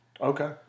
Okay